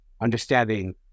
understanding